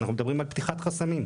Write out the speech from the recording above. אנחנו מדברים על פתיחת חסמים.